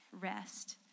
rest